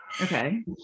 Okay